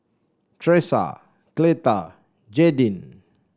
Tresa Cleta Jadyn